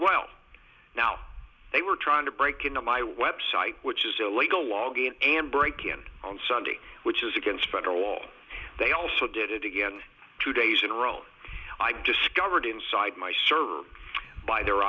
well now they were trying to break into my website which is illegal logging in and break in on sunday which is against federal law they also did it again two days in a row i discovered inside my server by their